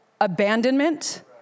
abandonment